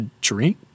drink